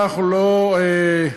אנחנו לא,